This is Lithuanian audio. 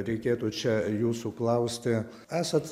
reikėtų čia jūsų klausti esat